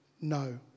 No